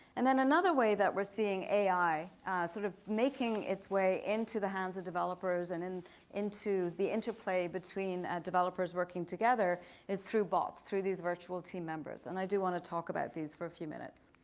and another way that we're seeing ai sort of making its way into the hands of developers and and into the interplay between ah developers working together is through bots. through these virtual team members and i do want to talk about these for a few minutes.